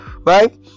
right